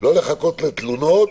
-- לא לחכות לתלונות,